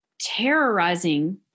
terrorizing